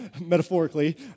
metaphorically